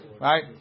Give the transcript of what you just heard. Right